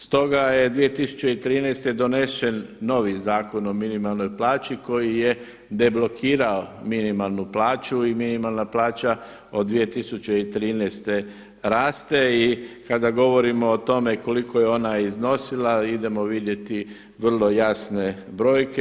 Stoga je 2013. donesen novi Zakon o minimalnoj plaći koji je deblokirao minimalnu plaću i minimalna plaća od 2013. raste i kad govorimo o tome koliko je ona iznosila, idemo vidjeti vrlo jasne brojke.